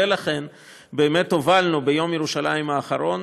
ולכן באמת הובלנו ביום ירושלים האחרון